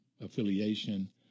affiliation